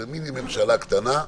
זה מיני ממשלה קטנה,